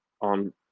on